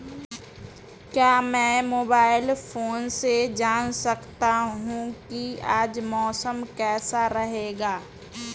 क्या मैं mobile phone से जान सकता हूँ कि आज मौसम कैसा रहेगा?